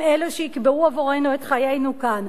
הם אלו שיקבעו עבורנו את חיינו כאן.